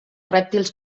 rèptils